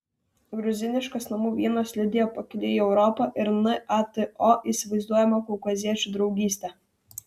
gruziniškas namų vynas liudijo pakeliui į europą ir nato įsivaizduojamą kaukaziečių draugystę